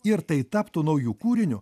ir tai taptų nauju kūriniu